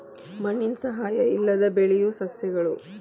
ಮಣ್ಣಿನ ಸಹಾಯಾ ಇಲ್ಲದ ಬೆಳಿಯು ಸಸ್ಯಗಳು